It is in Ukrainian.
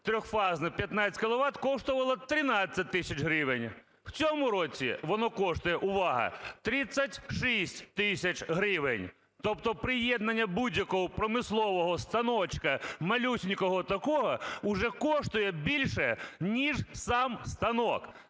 трьохфазне 15 кіловат коштувало 13 тисяч гривень, в цьому році воно коштує – увага! – 36 тисяч гривень. Тобто приєднання будь-якого промислового станочка, малюсінького такого, вже коштує більше ніж сам станок.